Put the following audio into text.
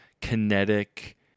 kinetic